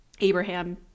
abraham